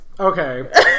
Okay